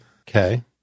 Okay